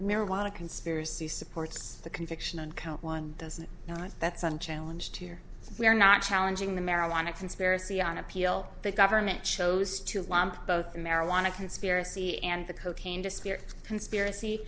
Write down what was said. marijuana conspiracy supports the conviction on count one doesn't know what that's on challenge here we're not challenging the marijuana conspiracy on appeal the government chose to lump both the marijuana conspiracy and the cocaine disappear conspiracy